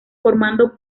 formando